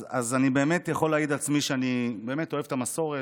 אז אני יכול להעיד על עצמי שאני באמת אוהב את המסורת,